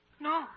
No